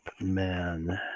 man